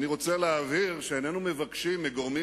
אני רוצה להבהיר שאיננו מבקשים מגורמים